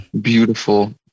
beautiful